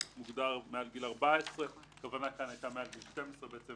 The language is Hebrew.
מוגדר מעל גיל 14. הכוונה כאן היתה מעל גיל 12 בעצם